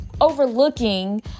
overlooking